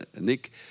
Nick